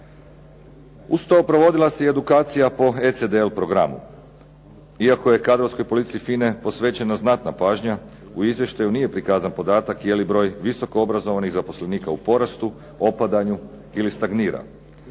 Uz to provodila se i edukacija po ECDL programu. Iako je kadrovskoj politici FINA-e posvećena znatna pažnja u izvještaju nije prikazan podatak je li broj visoko obrazovanih zaposlenika u porastu, opadanju ili stagnira.